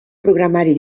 programari